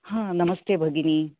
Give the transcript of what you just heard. हा नमस्ते भगिनी